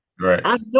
right